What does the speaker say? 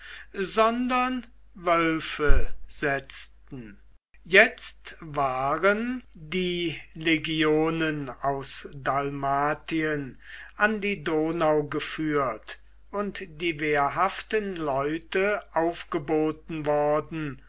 sondern wölfe setzten jetzt waren die legionen aus dalmatien an die donau geführt und die wehrhaften leute aufgeboten worden